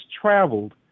traveled